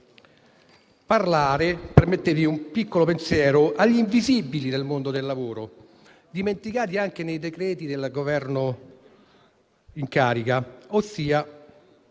parlare - permettetemi un piccolo pensiero - degli invisibili del mondo del lavoro, dimenticati anche nei decreti del Governo in carica, ossia